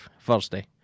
Thursday